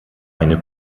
eine